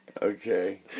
Okay